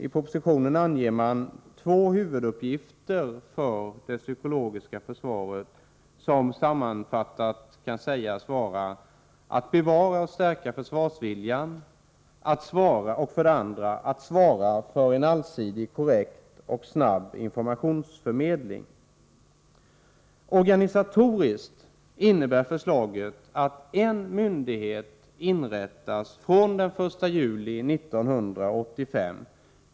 I propositionen anges två huvuduppgifter för det psykologiska försvaret, som sammanfattade kan sägas vara för det första att bevara och stärka försvarsviljan och för det andra att svara för en allsidig, korrekt och snabb informationsförmedling. Organisatoriskt innebär förslaget att en ny myndighet inrättas från den 1 juli 1985.